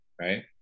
right